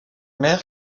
mer